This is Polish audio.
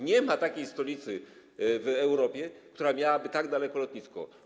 Nie ma takiej stolicy w Europie, która miałaby tak daleko lotnisko.